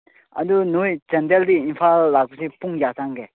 ꯑꯗꯣ ꯅꯣꯏ ꯆꯥꯟꯗꯦꯜꯗꯩ ꯏꯝꯐꯥꯜ ꯂꯥꯛꯄꯁꯦ ꯄꯨꯡ ꯀꯌꯥ ꯆꯪꯒꯦ